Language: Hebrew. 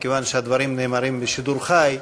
מכיוון שהדברים נאמרים בשידור חי,